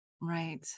Right